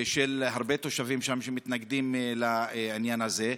ושל הרבה תושבים שם שמתנגדים לעניין הזה.